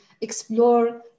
explore